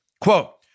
Quote